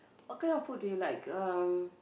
what kind of food do you like um